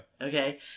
Okay